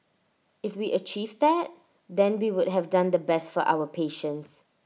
if we achieve that then we would have done the best for our patients